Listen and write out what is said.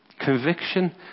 Conviction